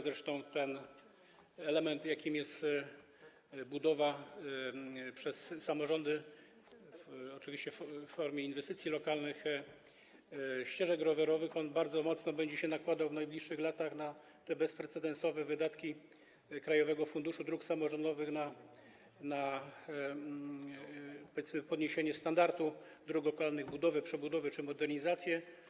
Zresztą ten element, jakim jest budowa przez samorządy, oczywiście w formie inwestycji lokalnych, ścieżek rowerowych, bardzo mocno będzie się nakładał w najbliższych latach na te bezprecedensowe wydatki krajowego Funduszu Dróg Samorządowych, jeżeli chodzi o podniesienie standardu dróg lokalnych, ich budowę, przebudowę czy modernizację.